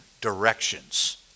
directions